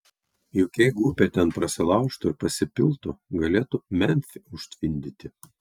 juk jeigu upė ten prasilaužtų ir pasipiltų galėtų memfį užtvindyti